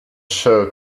show